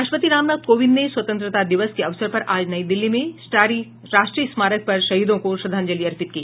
राष्ट्रपति राम नाथ कोविंद ने स्वतंत्रता दिवस के अवसर पर आज नई दिल्ली में राष्ट्रीय स्मारक पर शहीदों को श्रद्धांजलि अर्पित की